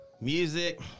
Music